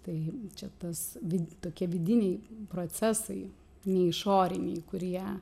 tai čia tas vid tokie vidiniai procesai ne išoriniai kurie